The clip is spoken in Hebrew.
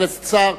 חבר הכנסת סער.